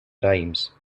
raïms